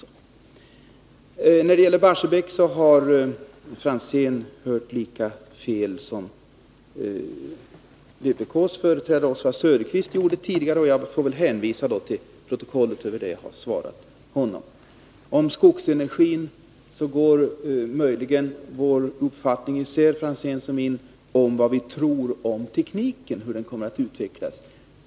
När det gäller Barsebäck har Ivar Franzén hört lika fel som vpk:s företrädare tidigare, och jag får väl hänvisa honom till protokollet över vad jag svarat Oswald Söderqvist. I fråga om skogsenergin går möjligen våra uppfattningar isär när det gäller hur tekniken kommer att utvecklas.